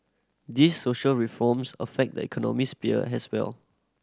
these social reforms affect the economy sphere as well